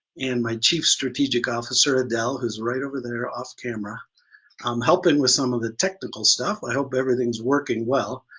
and my chief strategic officer adele, who's right over there off camera um helping with some of the technical stuff. i hope everything's working well.